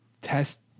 test